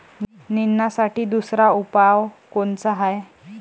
निंदनासाठी दुसरा उपाव कोनचा हाये?